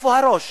איפה הראש,